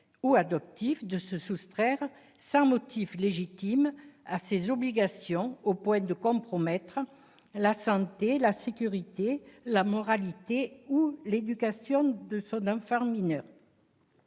ou adoptif, de se soustraire, sans motif légitime, à ses obligations légales au point de compromettre la santé, la sécurité, la moralité ou l'éducation de son enfant mineur